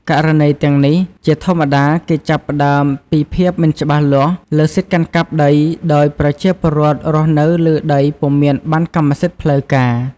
ករណីទាំងនេះជាធម្មតាគេចាប់ផ្ដើមពីភាពមិនច្បាស់លាស់លើសិទ្ធិកាន់កាប់ដី ដោយប្រជាពលរដ្ឋរស់នៅលើដីពុំមានបណ្ណកម្មសិទ្ធិផ្លូវការ។